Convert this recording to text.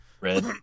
Red